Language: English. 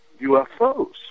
UFOs